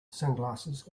sunglasses